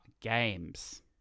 Games